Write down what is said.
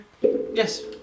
yes